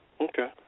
Okay